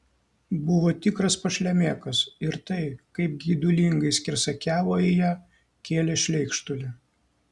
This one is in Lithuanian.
buvo tikras pašlemėkas ir tai kaip geidulingai skersakiavo į ją kėlė šleikštulį